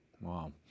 Wow